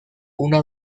una